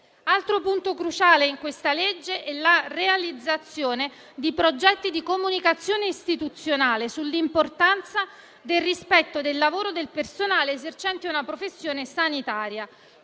Altro punto cruciale in questa legge è la realizzazione di progetti di comunicazione istituzionale sull'importanza del rispetto del lavoro del personale esercente una professione sanitaria.